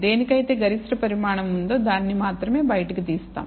దేనికైతే గరిష్ట పరిమాణం ఉందో దానిని మాత్రమే బయటకు తీస్తాం